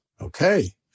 Okay